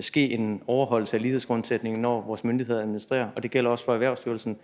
ske en overholdelse af lighedsgrundsætningen, når vores myndigheder administrerer, og det gælder også for Erhvervsstyrelsen.